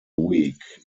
week